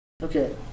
Okay